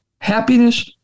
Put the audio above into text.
happiness